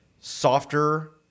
softer